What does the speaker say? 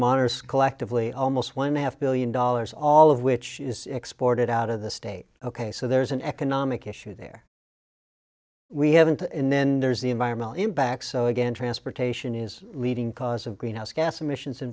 honor's collectively almost one half billion dollars all of which is exported out of the state ok so there's an economic issue there we haven't and then there's the environmental impacts so again transportation is leading cause of greenhouse gas emissions in